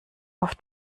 auf